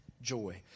Joy